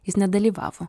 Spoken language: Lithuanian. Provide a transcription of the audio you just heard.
jis nedalyvavo